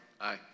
Aye